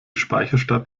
speicherstadt